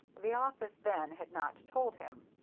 the office, then, had not told him.